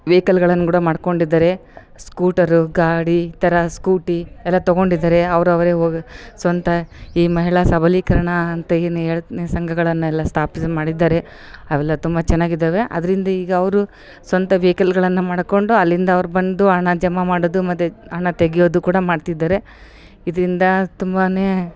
ವೇಕಲ್ಗಳನ್ಕೂಡ ಮಾಡ್ಕೊಂಡಿದ್ದಾರೆ ಸ್ಕೂಟರು ಗಾಡಿ ಇತರ ಸ್ಕೂಟಿ ಎಲ್ಲ ತಗೊಂಡಿದ್ದಾರೆ ಅವ್ರು ಅವರೆ ಹೋಗಿ ಸ್ವಂತ ಈ ಮಹಿಳಾ ಸಬಲೀಕರಣ ಅಂತ ಏನು ಹೇಳ್ ಸಂಘಗಳನೆಲ್ಲ ಸ್ಥಾಪನೆ ಮಾಡಿದ್ದಾರೆ ಅವೆಲ್ಲ ತುಂಬ ಚೆನ್ನಾಗ್ ಇದ್ದಾವೆ ಅದ್ರಿಂದ ಈಗ ಅವರು ಸ್ವಂತ ವೇಕಲ್ಗಳನ್ನು ಮಾಡಿಕೊಂಡು ಅಲ್ಲಿಂದ ಅವ್ರು ಬಂದು ಹಣ ಜಮಾ ಮಾಡೋದು ಮತ್ತು ಹಣ ತೆಗಿಯೋದು ಕೂಡ ಮಾಡ್ತಿದ್ದಾರೆ ಇದರಿಂದ ತುಂಬಾ